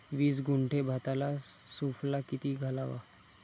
वीस गुंठे भाताला सुफला किती घालावा?